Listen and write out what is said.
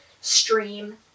stream